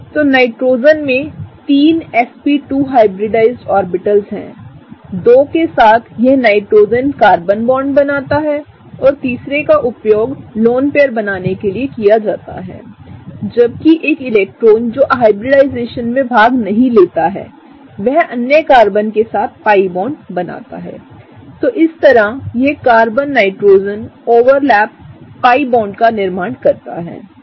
तो नाइट्रोजन में 3 sp2हाइब्रिडाइज्ड ऑर्बिटल्सहैं दो के साथ यह नाइट्रोजन कार्बन बॉन्ड बनाता है और तीसरे का उपयोग लोन पेयर बनाने के लिए किया जाता हैजबकि एक इलेक्ट्रॉन जो हाइब्रिडाइजेशन में भाग नहीं लेता है वह अन्य कार्बन के साथ पाई बॉन्ड बनाता है तो इस तरह यह carbon nitrogen overlap pi bond का निर्माण करता है